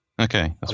Okay